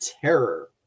Terror